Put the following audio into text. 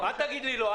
אל תגיד לי לא.